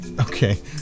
Okay